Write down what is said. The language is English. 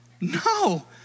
No